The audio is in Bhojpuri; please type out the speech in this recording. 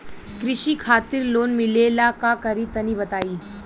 कृषि खातिर लोन मिले ला का करि तनि बताई?